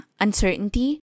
uncertainty